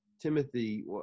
Timothy